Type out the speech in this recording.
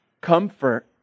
comfort